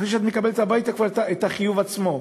אחרי שאת מקבלת הביתה כבר את החיוב עצמו.